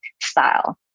style